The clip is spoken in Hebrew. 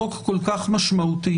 בחוק כל כך משמעותי,